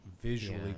visually